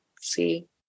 see